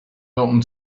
open